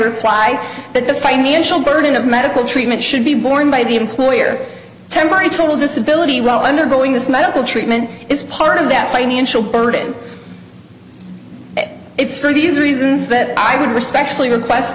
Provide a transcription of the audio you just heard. reply that the financial burden of medical treatment should be borne by the employer temari total disability well undergoing this medical treatment is part of that financial burden and it's for these reasons that i would respectfully request